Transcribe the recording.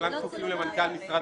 כולם כפופים למנכ"ל משרד החינוך.